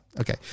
Okay